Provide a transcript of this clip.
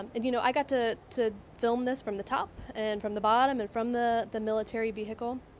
um and you know, i got to to film this from the top and from the bottom and from the the military vehicle.